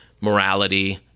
morality